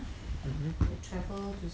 mmhmm